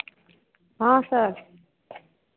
हाँ सर